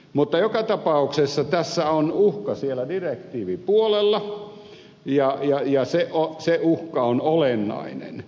mutta joka tapauksessa tässä on uhka siellä direktiivipuolella ja se uhka on olennainen